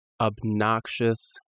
obnoxious